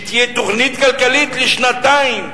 שתהיה תוכנית כלכלית לשנתיים,